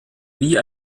wie